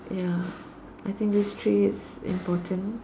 ya I think these three is important